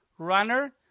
Runner